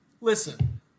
Listen